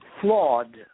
flawed